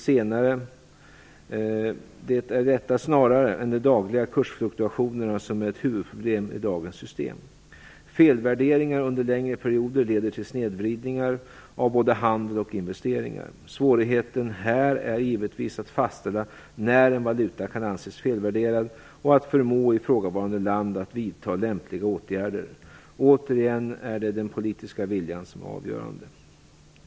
Det är detta snarare än de dagliga kursfluktuationerna som är ett huvudproblem i dagens system. Felvärderingar under längre perioder leder till snedvridningar av både handel och investeringar. Svårigheten här är givetvis att fastställa när en valuta kan anses felvärderad och att förmå ifrågavarande land att vidta lämpliga åtgärder. Återigen är det den politiska viljan som är avgörande.